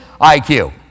IQ